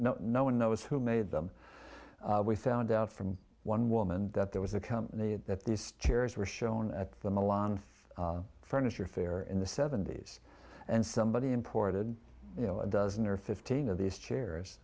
on no one knows who made them we found out from one woman that there was a company that these chairs were shown at the milan furniture fair in the seventy's and somebody imported you know a dozen or fifteen of these chairs